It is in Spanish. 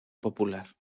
popular